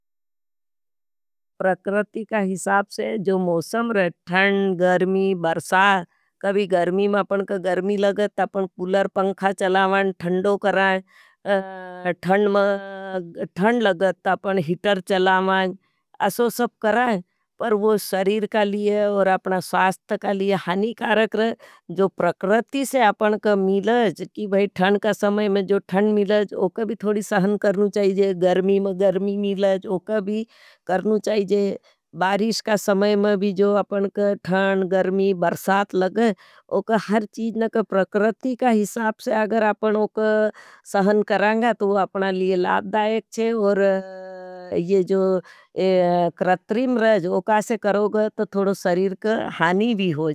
प्रकरती का हिसाप से, जो मोसम रहे, थन, गर्मी, बरसा, कभी गर्मी में आपका गर्मी लगत। ता पण कूलर, पंखा चलावान, थंडो कराएं, थन में थन लगत, ता पण हीटर चलावान, असो सब कराएं। पर वो शरीर का लिये और अपना स्वास्त का लिये हानी कारक रह जो प्रकरती से आपनका मिलाज, भाई थन का समय में। जो थंड मिलाज, ओका का भी थोड़ी सहन करणु चाहिजा, गर्मी में गर्मी मिलाज। ओका का भी करणु चाहिजे। बारिश का समय में भी, जो आपनक थन, गर्मी, बरसाद लगे उक हर चीजन प्रकरती का हिसाप से अगर आपन उक सहन करेंगा तो वो अपना लिए लाद दायक छे। और ये जो ये करत्री मरज उक आसे करोगा तो थोड़ो सरीर का हानी भी होजा।